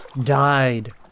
died